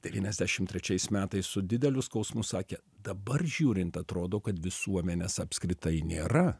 devyniasdešim trečiais metais su dideliu skausmu sakė dabar žiūrint atrodo kad visuomenės apskritai nėra